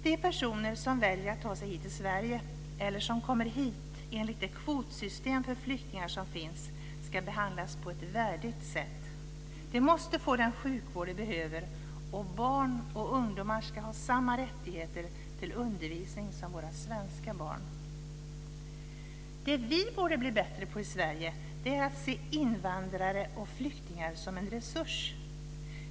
De personer som väljer att ta sig hit till Sverige eller som kommer hit enligt det kvotsystem för flyktingar som finns ska behandlas på ett värdigt sätt. De måste få den sjukvård de behöver, och barn och ungdomar ska ha samma rättigheter till undervisning som våra svenska barn. Det som vi borde bli bättre på i Sverige är att se invandrare och flyktingar som en resurs.